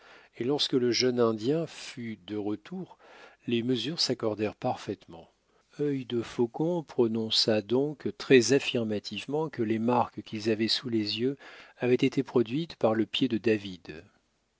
et lorsque le jeune indien fut de retour les mesures s'accordèrent parfaitement œil de faucon prononça donc très affirmativement que les marques qu'ils avaient sous les yeux avaient été produites par le pied de david